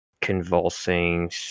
convulsing